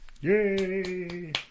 Yay